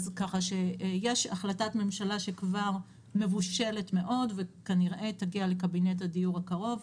כך שיש החלטת ממשלה שכבר מבושלת מאוד וכנראה תגיע לקבינט הדיור הקרוב,